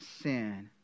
sin